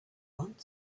want